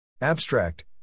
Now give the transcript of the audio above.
Abstract